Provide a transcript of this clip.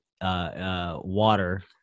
water